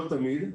לא תמיד.